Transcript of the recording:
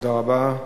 תודה רבה.